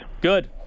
good